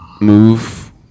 Move